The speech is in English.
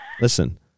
Listen